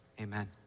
Amen